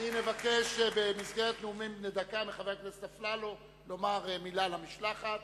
אני מבקש במסגרת נאומים בני דקה מחבר הכנסת אפללו לומר מלה למשלחת,